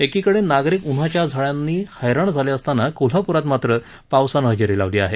एकीकडे नागरिक उन्हाच्या झळ्यांनी हैराण झाले असताना कोल्हाप्रात मात्र पावसाने हजेर लावली आहे